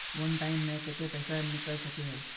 वन time मैं केते पैसा निकले सके है?